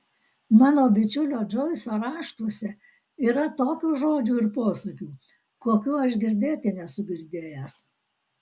mano bičiulio džoiso raštuose yra tokių žodžių ir posakių kokių aš girdėti nesu girdėjęs